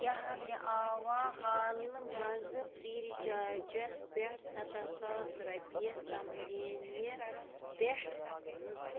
کیٛاہ مےٚ آوا حالہٕ منٛزٕ فرٛی رِچارجَس پٮ۪ٹھ سَتَتھ ساس رۄپیہِ سمریٖن نہِ پٮ۪ٹھ